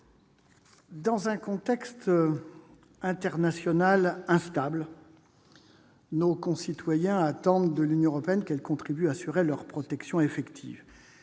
Dans un contexte international instable, nos concitoyens attendent de l'Union européenne qu'elle contribue à assurer leur protection effective.